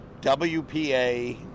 wpa